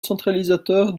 centralisateur